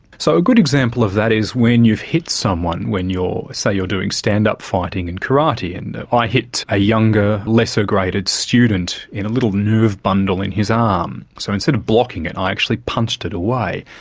so, a good example of that is when you've hit someone when you're, say you're doing stand up fighting in karate, and i hit a younger, lesser-graded student in a little nerve bundle in his arm. um so instead of blocking it i actually punched it away,